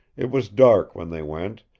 it was dark when they went,